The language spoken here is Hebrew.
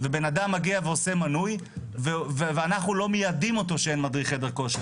ובן אדם מגיע ועושה מנוי ואנחנו לא מיידעים אותו שאין מדריך חדר כושר.